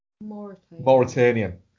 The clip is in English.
Mauritanian